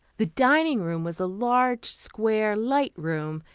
the dining room was a large, square, light room,